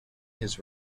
his